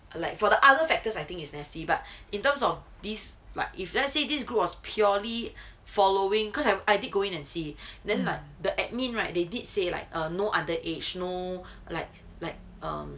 like for the other factors I think it's nasty but in terms of this like if let's say this group was purely following cause I'm I did go in and see then like the admin right they did say like err no underage no like like um